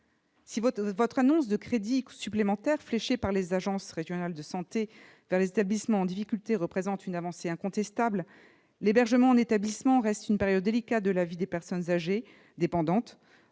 Si votre annonce de crédits supplémentaires fléchés par les agences régionales de santé vers les établissements en difficulté représente une avancée incontestable, l'hébergement en établissement reste une période délicate de la vie des personnes âgées dépendantes,